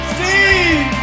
Steve